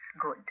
Good